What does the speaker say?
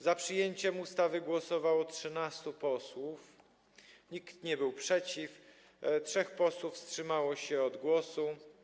Za przyjęciem ustawy głosowało 13 posłów, nikt nie był przeciw, 3 posłów wstrzymało się od głosu.